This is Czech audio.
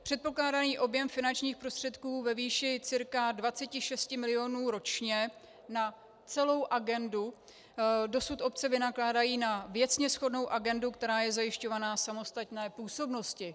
Předpokládaný objem finančních prostředků ve výši cca 26 mil. ročně na celou agendu dosud obce vynakládají na věcně shodnou agendu, která je zajišťovaná v samostatné působnosti.